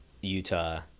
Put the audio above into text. Utah